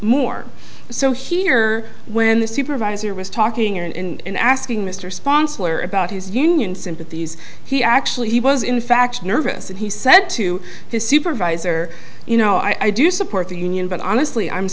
more so here when the supervisor was talking and asking mr sponsor about his union sympathies he actually he was in fact nervous and he said to his supervisor you know i do support the union but honestly i'm